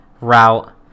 route